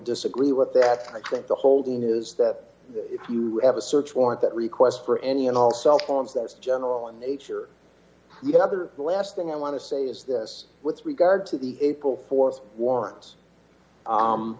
disagree with that i think the holding is that if you have a search warrant that requests for any and all cellphones that is general in nature you have the last thing i want to say is this with regard to the april th warrants